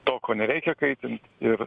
to ko nereikia kaitint ir